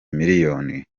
miliyoni